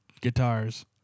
guitars